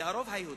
והרוב היהודי,